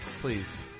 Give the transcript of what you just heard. Please